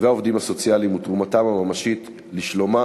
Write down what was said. והעובדים הסוציאליים ותרומתם הממשית לשלומה